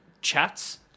chats